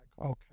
Okay